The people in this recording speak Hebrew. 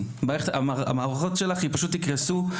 המערכות שלך יקרסו.